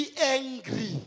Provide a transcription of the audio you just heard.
Angry